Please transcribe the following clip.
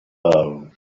love